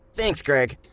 thanks, greg.